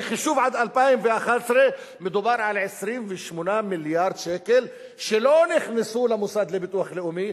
בחישוב עד 2011 מדובר על 28 מיליארד שקל שלא נכנסו למוסד לביטוח לאומי,